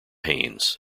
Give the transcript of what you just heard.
haynes